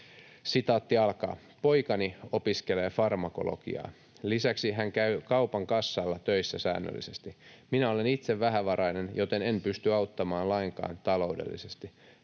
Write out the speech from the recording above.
päinvastoin.” ”Poikani opiskelee farmakologiaa. Lisäksi hän käy kaupan kassalla töissä säännöllisesti. Minä olen itse vähävarainen, joten en pysty auttamaan lainkaan taloudellisesti.